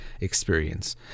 experience